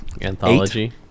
Anthology